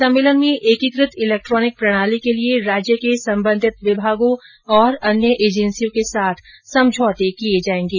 सम्मेलन में एकीकृत इलेक्टॉनिक प्रणाली के लिए राज्य के संबंधित विभागों और अन्य एजेंसियों के साथ समझौते किए जाएंगे